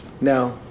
Now